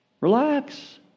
Relax